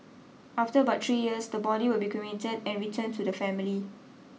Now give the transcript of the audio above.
after about three years the body will be cremated and returned to the family